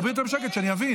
דברי יותר בשקט, אני אבין.